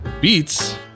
Beats